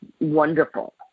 wonderful